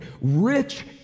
rich